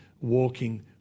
walking